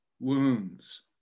wounds